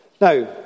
Now